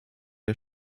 der